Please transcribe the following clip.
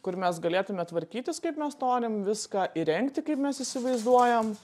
kur mes galėtume tvarkytis kaip mes norim viską įrengti kaip mes įsivaizduojam